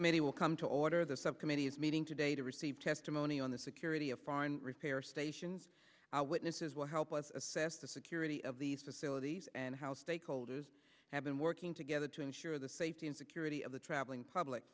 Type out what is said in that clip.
will come to order the subcommittee is meeting today to receive testimony on the security of foreign repair stations our witnesses will help us assess the security of these facilities and how stakeholders have been working together to ensure the safety and security of the traveling public